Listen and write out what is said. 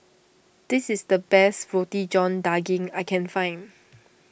this is the best Roti John Daging that I can find